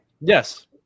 Yes